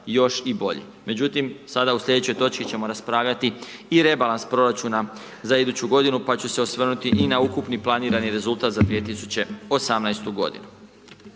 još i bolji. Međutim, sada u sljedećoj točci ćemo raspravljati i rebalans proračuna za iduću godinu pa ću se osvrnuti i na ukupni planirani rezultat za 2018. godinu.